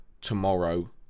tomorrow